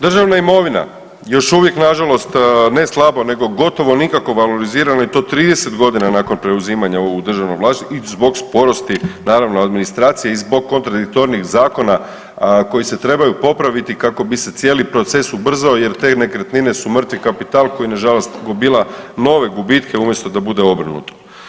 Državna imovina, još uvijek nažalost ne slabo nego gotovo nikako valorizirana i to 30 godina nakon preuzima u državno vlasništvo i zbog sporosti naravno administracije i zbog kontradiktornih zakona koji se trebaju popraviti kako bi se cijeli proces ubrzao jer te nekretnine su mrtvi kapital koji nažalost gomila nove gubitke umjesto da bude obrnuto.